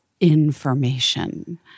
information